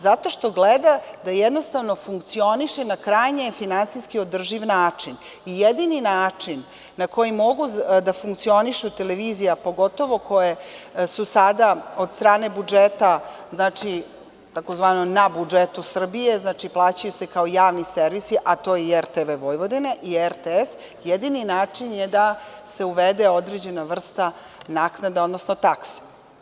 Zato što gleda da jednostavno funkcioniše na krajnje finansijski održiv način i jedini način na koji mogu da funkcionišu televizije, pogotovo koje su sada od strane budžeta, znači tzv. na budžetu Srbije, znači plaćaju se kao javni servisi, a to je i RTV Vojvodina i RTS, jedini način je da se uvede određena vrsta naknade, odnosno taksa.